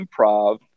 improv